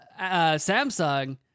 Samsung